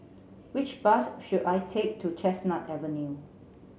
which bus should I take to Chestnut Avenue